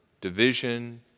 division